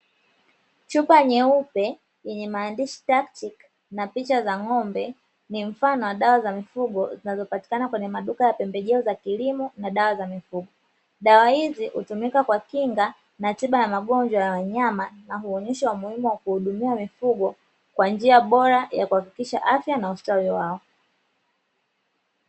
Nyeupe yenye maandishi na picha za ng'ombe ni mfano wa dawa za mifugo, zinazopatikana kwenye maduka ya pembejeo za kilimo na dawa za mifugo, dawa ameonyesha umuhimu wa kuwahudumia mifugo kwa njia bora ya kuhakikisha afya na ustawi wao.